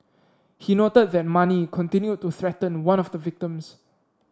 he noted that Mani continued to threaten one of the victims